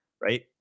right